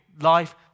life